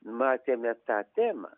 matėme tą temą